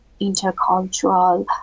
intercultural